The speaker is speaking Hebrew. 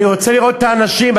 אני רוצה לראות את האנשים.